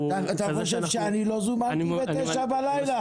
--- אתה חושב שאני לא זומנתי בשעה 21:00 בלילה?